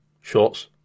shorts